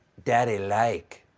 daddy like.